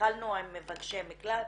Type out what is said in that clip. התחלנו עם מבקשי מקלט